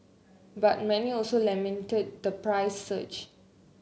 but many also lamented the price surge